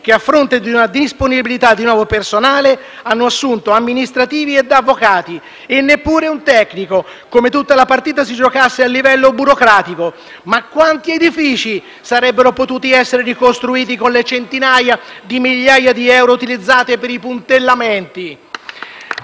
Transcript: che, a fronte di una disponibilità di nuovo personale, hanno assunto amministrativi e avvocati e neppure un tecnico, come se tutta la partita si giocasse a livello burocratico. Ma quanti edifici sarebbero potuti essere ricostruiti con le centinaia di migliaia di euro utilizzati per i puntellamenti?